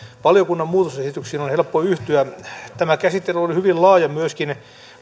valiokunnan muutosesityksiin on helppo yhtyä tämä käsittely on ollut hyvin laaja myöskin